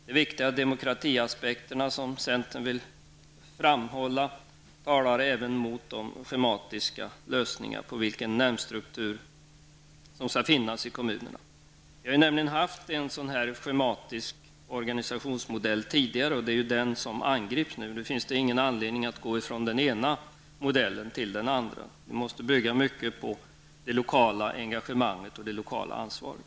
De viktiga demokratiaspekterna som centern vill framhålla talar även emot de schematiska lösningarna på vilken nämndstruktur som skall finnas i kommunerna. Vi har haft en schematisk organisationsmodell tidigare. Det är den som nu angrips. Det finns ingen anledning att gå ifrån den ena modellen till den andra. Vi måste bygga mycket på det lokala engagemanget och det lokala ansvaret.